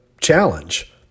challenge